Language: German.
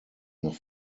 noch